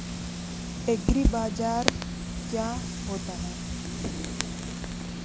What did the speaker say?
एग्रीबाजार क्या होता है?